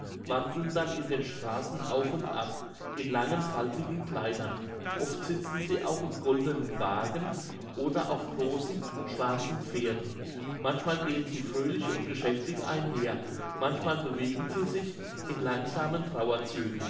wandeln dann in den straßen auf und ab in langen faltigen kleidern oft sitzen sie auch in goldenen wagen oder auf großen schwarzen pferden manchmal gehen sie fröhlich und geschäftig einher manchmal bewegen sie sich in langsamen trauerzügen